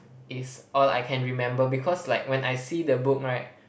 is all I can remember because like when I see the book right